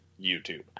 youtube